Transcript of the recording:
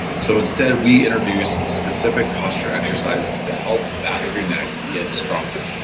so instead, we introduce specific posture exercises to help the back of your neck get stronger.